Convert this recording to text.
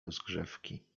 rozgrzewki